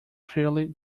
clearly